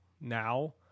now